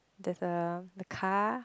there's a the car